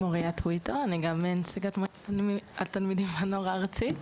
שמי מוריה טויטו, אני ממועצת התלמידים הארצית.